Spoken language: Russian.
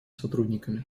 сотрудниками